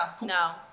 no